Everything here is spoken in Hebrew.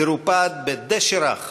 תרופד בדשא רך